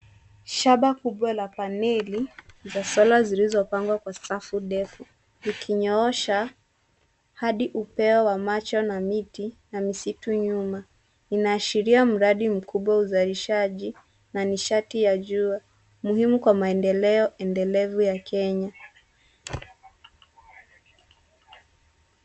Shamba kubwa la paneli za solar zilizopangwa kwa safu ndefu. Zikinyoosha hadi upeo wa macho na miti, na misitu nyuma. Inaashiria mradi mkubwa wa uzalishaji na nishati ya jua, muhimu kwa maendeleo endelevu ya Kenya.